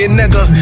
nigga